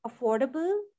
affordable